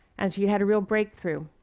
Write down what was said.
and she had a real breakthrough.